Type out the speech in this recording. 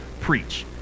preach